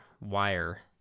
wire